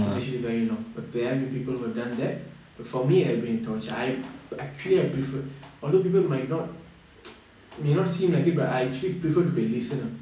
it's actually very long but very few people who have done that but for me it would have been a torture I actually I prefer although people might not may not seem like it but I actually prefer to be a listener